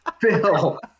Phil